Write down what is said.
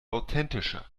authentischer